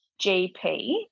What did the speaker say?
GP